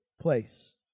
place